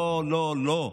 לא, לא, לא.